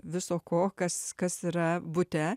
viso ko kas kas yra bute